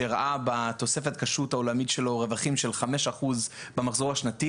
שראה בתוספת הכשרות העולמית שלו רווחים של 5% במחזור השנתי